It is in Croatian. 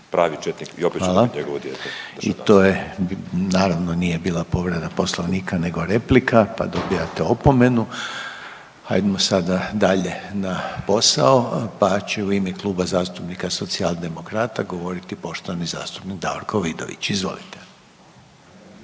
**Reiner, Željko (HDZ)** Hvala. I to je, naravno nije bila povreda Poslovnika nego replika, pa dobijate opomenu. Hajdmo sada dalje na posao, pa će u ime Kluba zastupnika Socijaldemokrata govoriti poštovani zastupnik Davorko Vidović, izvolite.